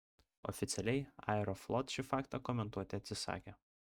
oficialiai aeroflot šį faktą komentuoti atsisakė